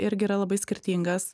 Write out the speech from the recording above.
irgi yra labai skirtingas